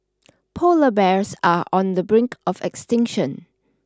polar bears are on the brink of extinction